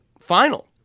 final